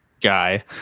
guy